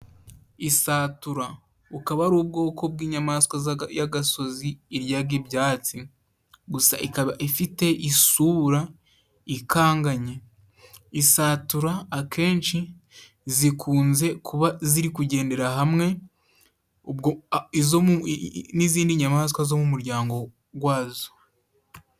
Isatura bukaba ari ubwoko bw'inyamaswa y'agasozi，iryaga ibyatsi，gusa ikaba ifite isura ikanganye. Isatura akenshi zikunze kuba ziri kugendera hamwe n'izindi nyamaswa zo mu muryango wazo.